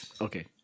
Okay